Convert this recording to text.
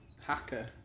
hacker